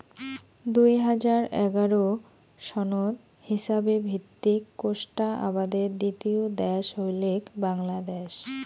দুই হাজার এগারো সনত হিছাবে ভিত্তিক কোষ্টা আবাদের দ্বিতীয় দ্যাশ হইলেক বাংলাদ্যাশ